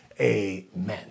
amen